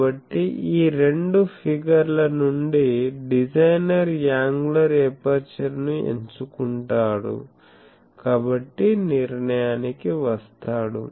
కాబట్టి ఈ రెండు ఫిగర్ ల నుండి డిజైనర్ యాంగులర్ ఎపర్చర్ను ఎంచుకుంటాడు కాబట్టి నిర్ణయానికి వస్తాడు